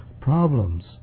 problems